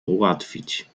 ułatwić